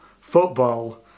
football